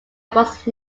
most